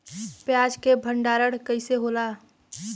प्याज के भंडारन कइसे होला?